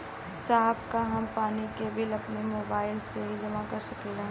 साहब का हम पानी के बिल अपने मोबाइल से ही जमा कर सकेला?